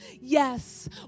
Yes